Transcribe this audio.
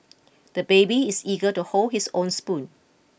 the baby is eager to hold his own spoon